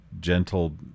gentle